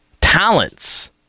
talents